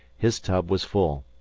his tub was full.